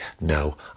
No